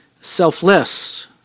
selfless